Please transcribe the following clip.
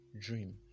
dream